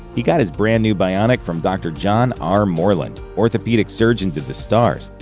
he got his brand new bionic from dr. john r. moreland, orthopedic surgeon to the stars,